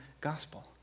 gospel